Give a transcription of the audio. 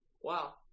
Wow